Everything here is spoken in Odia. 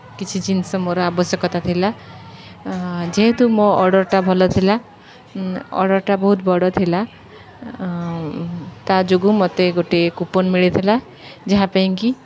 କିଛି ଜିନିଷ ମୋର ଆବଶ୍ୟକତା ଥିଲା ଯେହେତୁ ମୋ ଅର୍ଡ଼ର୍ଟା ଭଲ ଥିଲା ଅର୍ଡ଼ର୍ଟା ବହୁତ ବଡ଼ ଥିଲା ତା' ଯୋଗୁଁ ମୋତେ ଗୋଟେ କୁପନ୍ ମିଳିଥିଲା ଯାହା ପାଇଁ କି